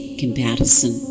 comparison